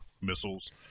missiles